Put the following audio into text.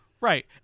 Right